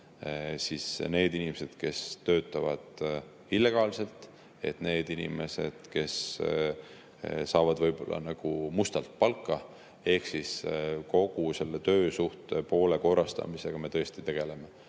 välja need inimesed, kes töötavad illegaalselt, ja need inimesed, kes saavad võib-olla mustalt palka. Ehk siis kogu töösuhte poole korrastamisega me tõesti tegeleme.